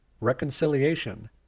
reconciliation